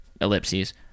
ellipses